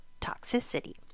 toxicity